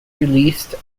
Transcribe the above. released